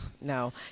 No